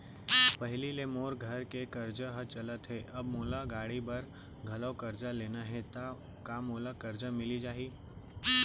पहिली ले मोर घर के करजा ह चलत हे, अब मोला गाड़ी बर घलव करजा लेना हे ता का मोला करजा मिलिस जाही?